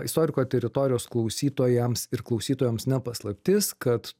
istoriko teritorijos klausytojams ir klausytojoms ne paslaptis kad